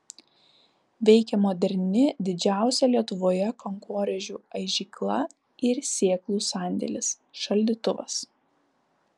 veikia moderni didžiausia lietuvoje kankorėžių aižykla ir sėklų sandėlis šaldytuvas